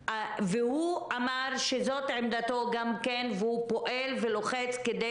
אמר שזאת גם עמדתו והוא פועל ולוחץ כדי